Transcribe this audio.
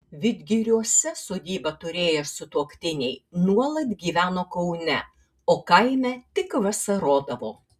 vidgiriuose sodybą turėję sutuoktiniai nuolat gyveno kaune o kaime tik vasarodavo